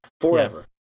Forever